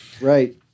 Right